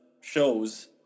shows